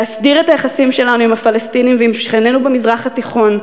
להסדיר את היחסים שלנו עם הפלסטינים ועם שכנינו במזרח התיכון,